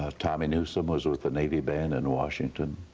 ah tommy newsom was with the navy band in washington,